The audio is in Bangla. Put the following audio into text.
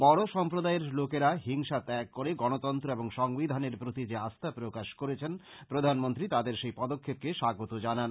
বড়ো সম্প্রদায়ের লোকেরা হিংসা ত্যাগ করে গণতন্ত্র এবং সংবিধানের প্রতি যে আস্থা প্রকাশ করেছেন প্রধানমন্ত্রী তাদের সেই পদক্ষেপকে স্বাগত জানান